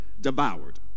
devoured